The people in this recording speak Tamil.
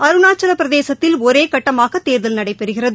அருணாச்சலபிரதேசத்தில் ஒரேகட்டமாகதேர்தல் நடைபெறுகிறது